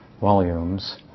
volumes